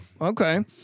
Okay